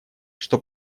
что